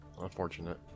Unfortunate